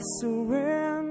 surrender